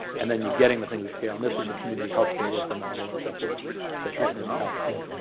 and then you getting the thing to scale. and this was the community health care worker model, and so forth that partners in health did.